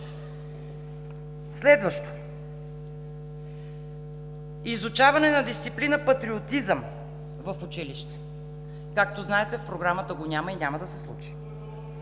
Следващо – изучаване на дисциплина „патриотизъм“ в училище. Както знаете в програмата го няма и няма да се случи.